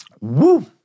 Woo